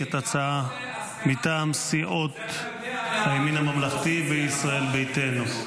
את ההצעה מטעם סיעות הימין הממלכתי וישראל ביתנו.